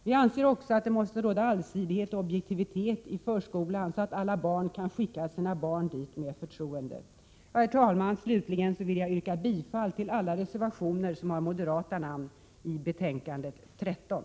Vi anser också att det måste råda allsidighet och objektivitet i förskolan, så att alla föräldrar kan skicka sina barn till förskolan med förtroende. Herr talman! Slutligen vill jag yrka bifall till alla reservationer som har moderata namn i socialutskottets betänkande 13.